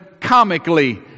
comically